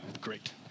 great